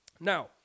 Now